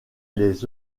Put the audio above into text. les